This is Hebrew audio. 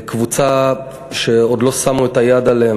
קבוצה שעוד לא שמו את היד עליה,